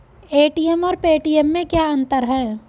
ATM और Paytm में क्या अंतर है?